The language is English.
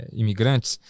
imigrantes